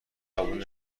قبول